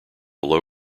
low